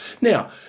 Now